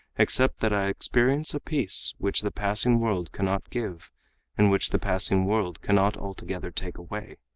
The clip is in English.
except, that i experience a peace which the passing world cannot give and which the passing world cannot altogether take away.